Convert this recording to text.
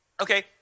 okay